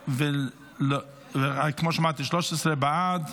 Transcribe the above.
וכמו שאמרתי, 13 בעד.